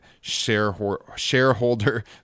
shareholder